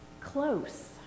close